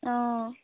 অঁ